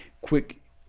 quick